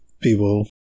people